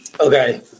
Okay